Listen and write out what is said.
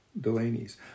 Delaney's